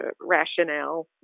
rationale